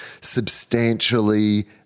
substantially